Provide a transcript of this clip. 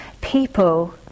people